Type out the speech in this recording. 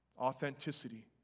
authenticity